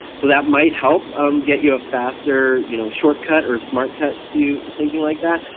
so that might help um get you a faster you know shortcut or smart cut to thinking like that.